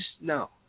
no